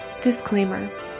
Disclaimer